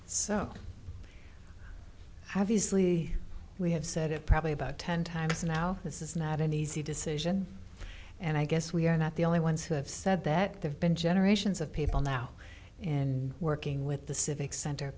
so obviously we have said it probably about ten times now this is not an easy decision and i guess we are not the only ones who have said that they've been generations of people now in working with the civic center